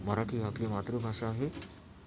मराठी आपली मातृभाषा आहे